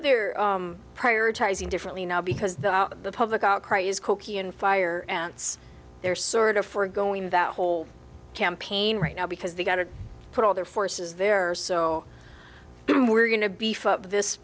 are prioritizing differently now because the public outcry is cokie and fire ants are sort of for going that whole campaign right now because they've got to put all their forces there so we're going to beef up this